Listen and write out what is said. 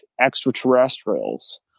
extraterrestrials